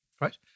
right